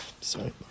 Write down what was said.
Sorry